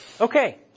Okay